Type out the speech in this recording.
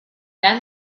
then